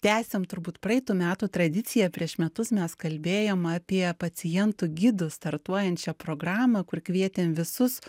tęsiam turbūt praeitų metų tradiciją prieš metus mes kalbėjom apie pacientų gidų startuojančią programą kur kvietėm visus